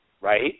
right